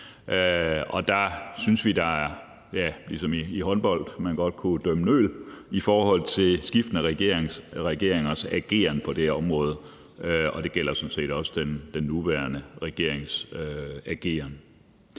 og der synes vi, at man ligesom i håndbold godt kunne dømme nøl i forhold til skiftende regeringers ageren på det her område. Det gælder sådan set også den nuværende regerings ageren.